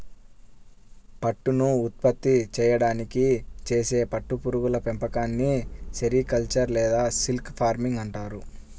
పట్టును ఉత్పత్తి చేయడానికి చేసే పట్టు పురుగుల పెంపకాన్ని సెరికల్చర్ లేదా సిల్క్ ఫార్మింగ్ అంటారు